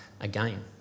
again